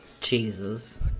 jesus